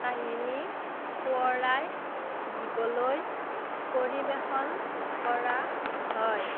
কাহিনী সোঁৱৰাই দিবলৈ পৰিবেশন কৰা হয়